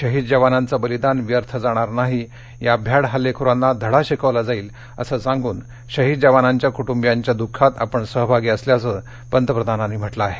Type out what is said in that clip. शाहीद जवानांचं बलिदान व्यर्थ जाणार नाही या भ्याड हल्लेखोरांना धडा शिकवला जाईल असं सांगून शहीद जवानांच्या कुटुंबियांच्या द्खात सहभागी असल्याचं पंतप्रधानांनी म्हटलं आहे